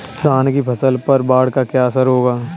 धान की फसल पर बाढ़ का क्या असर होगा?